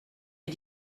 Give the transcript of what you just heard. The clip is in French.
les